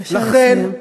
בבקשה לסיים.